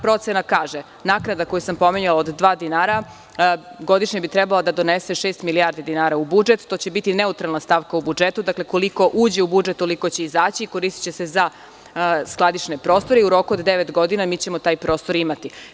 Procena kaže sledeće: naknada koju sam pominjala od dva dinara godišnje bi trebalo da donese šest milijardi dinara u budžet, što će biti neutralna stavka u budžetu, znači, koliko uđe u budžet, toliko će izaći i koristiće se za skladišne prostore i u roku od devet godina mi ćemo taj prostor imati.